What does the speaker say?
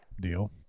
deal